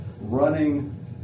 running